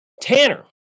Tanner